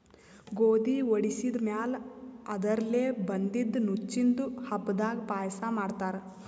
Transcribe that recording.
ಗೋಧಿ ವಡಿಸಿದ್ ಮ್ಯಾಲ್ ಅದರ್ಲೆ ಬಂದಿದ್ದ ನುಚ್ಚಿಂದು ಹಬ್ಬದಾಗ್ ಪಾಯಸ ಮಾಡ್ತಾರ್